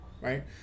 right